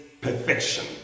perfection